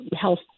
health